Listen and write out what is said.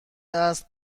است